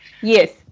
Yes